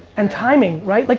and timing, right? like,